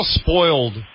spoiled